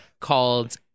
called